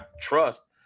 trust